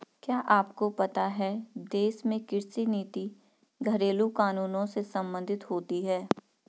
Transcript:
क्या आपको पता है देश में कृषि नीति घरेलु कानूनों से सम्बंधित होती है?